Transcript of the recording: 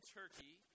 turkey